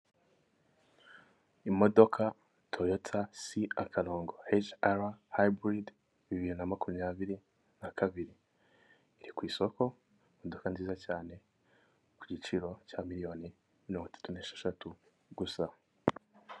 Imodoka toyota si akarongo heci ara hayiburide bibiri na makumyabiri na kabiri, iri ku isoko imodoka nziza cyane ku giciro cya miliyoni mirongo itatu n'esheshatu gusa.